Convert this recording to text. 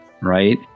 right